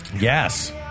Yes